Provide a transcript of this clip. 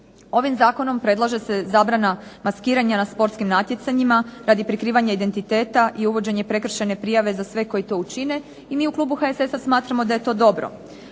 Ovim zakonom predlaže se zabrana maskiranja na športskim natjecanjima radi prikrivanja identiteta i uvođenje prekršajne prijave za sve koji to učine i mi u klubu HSS-a smatramo da je to dobro.